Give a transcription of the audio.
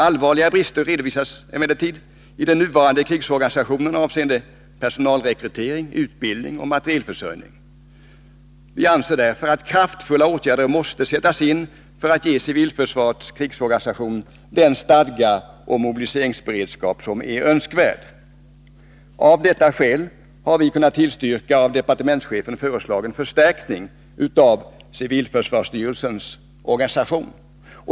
Allvarliga brister redovisas emellertid i den nuvarande krigsorganisationen avseende personalrekrytering, utbildning och materielförsörjning. Vi anser därför att kraftfulla åtgärder måste sättas in för att ge civilförsvarets krigsorganisation den stadga och mobiliseringsberedskap som är önskvärd. Av detta skäl har vi kunnat tillstyrka av departementschefen föreslagen förstärkning av civilförsvarsstyrelsens organisation.